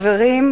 חברים,